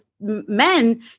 men